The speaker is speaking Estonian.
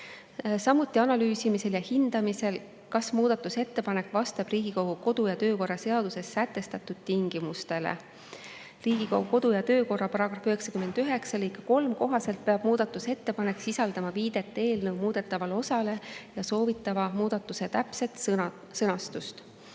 Samuti on analüüsimisel ja hindamisel [oluline], kas muudatusettepanek vastab Riigikogu kodu- ja töökorra seaduses sätestatud tingimustele. Riigikogu kodu- ja töökorra § 99 lõike 3 kohaselt peab muudatusettepanek sisaldama viidet eelnõu muudetavale osale ja soovitava muudatuse täpset sõnastust.